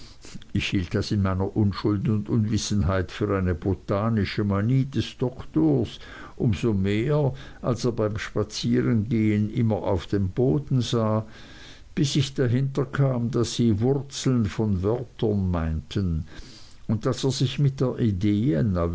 hielt das in meiner unschuld und unwissenheit für eine botanische manie des doktors um so mehr als er beim spazierengehen immer auf den boden sah bis ich dahinter kam daß sie wurzeln von wörtern meinten und daß er sich mit der idee